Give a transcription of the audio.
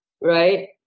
Right